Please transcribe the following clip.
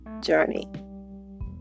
journey